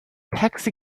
taxi